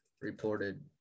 reported